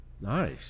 Nice